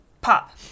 pop